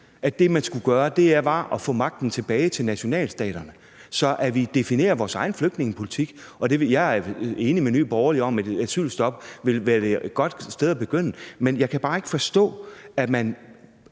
at det, man skulle gøre, var at få magten tilbage til nationalstaterne, så vi definerer vores egen flygtningepolitik. Og jeg er enig med Nye Borgerlige i, at et asylstop ville være et godt sted at begynde. Men jeg kan bare ikke forstå, at man